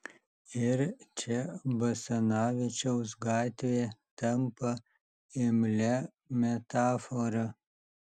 ir čia basanavičiaus gatvė tampa imlia metafora